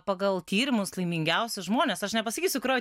pagal tyrimus laimingiausi žmonės aš nepasakysiu kurioj